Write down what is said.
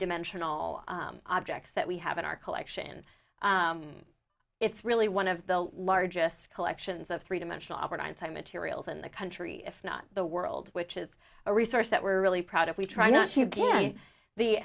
dimensional objects that we have in our collection it's really one of the largest collections of three dimensional albert einstein materials in the country if not the world which is a resource that we're really proud of we try not to